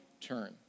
turn